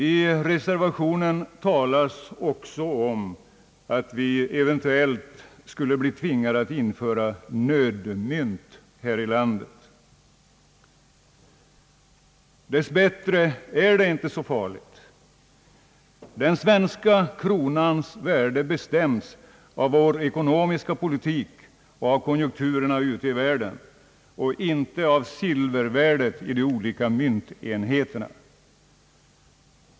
I reservationen talas också om att vi eventuellt skulle bli tvingade att införa nödmynt. Dess bättre är det inte så farligt — den svenska kronans värde bestäms av Ang. rikets mynt vår ekonomiska politik och av konjunkturerna ute i världen, inte av silvervärdet i de olika myntenheterna.